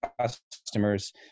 customers